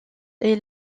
est